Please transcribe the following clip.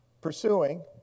Pursuing